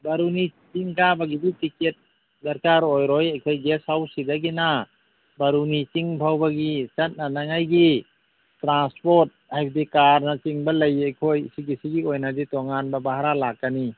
ꯕꯥꯔꯨꯅꯤ ꯆꯤꯡ ꯀꯥꯕꯒꯤꯗꯤ ꯇꯤꯀꯦꯠ ꯗꯔꯀꯥꯔ ꯑꯣꯏꯔꯣꯏ ꯑꯩꯈꯣꯏ ꯒꯦꯁ ꯍꯥꯎꯁ ꯁꯤꯗꯒꯤꯅ ꯕꯥꯔꯨꯅꯤ ꯆꯤꯡ ꯐꯥꯎꯕꯒꯤ ꯆꯠꯅꯅꯉꯥꯏꯒꯤ ꯇ꯭ꯔꯥꯟꯄꯣꯠ ꯍꯥꯏꯕꯗꯤ ꯀꯥꯔꯅꯆꯤꯡꯕ ꯂꯩ ꯑꯩꯈꯣꯏ ꯁꯤꯒꯤ ꯁꯤꯒꯤ ꯑꯣꯏꯅꯗꯤ ꯇꯣꯉꯥꯟꯕ ꯚꯔꯥ ꯂꯥꯛꯀꯅꯤ